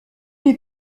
les